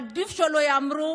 עדיף שלא ייאמרו.